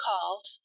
called